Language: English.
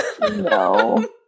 No